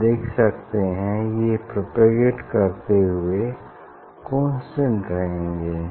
आप देख सकते हैं ये प्रपोगेट करते हुए कांस्टेंट रहेंगे